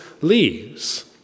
leaves